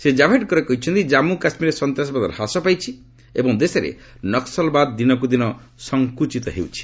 ଶ୍ରୀ ଜାଭ୍ଡେକର କହିଛନ୍ତି ଜମ୍ମୁ କାଶ୍ମୀରରେ ସନ୍ତାସବାଦ ହ୍ରାସ ପାଇଛି ଏବଂ ଦେଶରେ ନକୁଲବାଦ ଦିନକୁ ଦିନ ସଙ୍କୃଚିତ ହେଉଛି